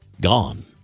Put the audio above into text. Gone